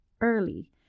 early